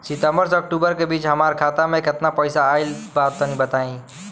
सितंबर से अक्टूबर के बीच हमार खाता मे केतना पईसा आइल बा तनि बताईं?